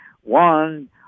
One